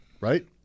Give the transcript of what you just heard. right